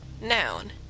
noun